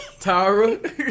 Tara